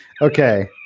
Okay